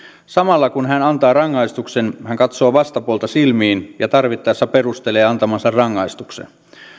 samalla kun hän antaa rangaistuksen hän katsoo vastapuolta silmiin ja tarvittaessa perustelee antamansa rangaistuksen